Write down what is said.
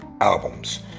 albums